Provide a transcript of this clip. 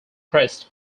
pressed